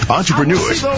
entrepreneurs